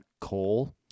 coal